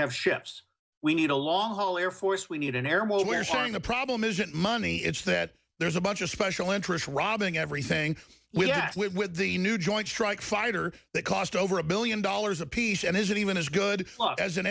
have ships we need a long haul air force we need an air war we're showing the problem isn't money it's that there's a bunch of special interest robbing everything we do with the new joint strike fighter that cost over a billion dollars apiece and isn't even as good as an